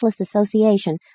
association